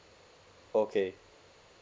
okay